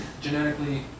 genetically